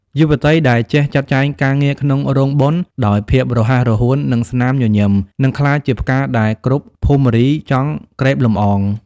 យុវតីដែលចេះ "ចាត់ចែងការងារក្នុងរោងបុណ្យ" ដោយភាពរហ័សរហួន និងស្នាមញញឹម នឹងក្លាយជាផ្កាដែលគ្រប់ភមរីចង់ក្រេបលំអង។